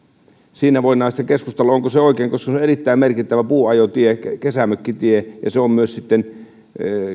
voidaan sitten keskustella onko se oikein koska se on erittäin merkittävä puunajotie kesämökkitie ja se on myös sitten